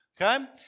Okay